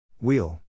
Wheel